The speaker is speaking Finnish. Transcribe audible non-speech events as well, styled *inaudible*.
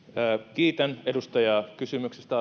kiitän edustajaa kysymyksestä *unintelligible*